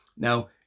Now